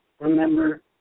remember